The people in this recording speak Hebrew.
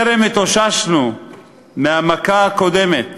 טרם התאוששנו מהמכה הקודמת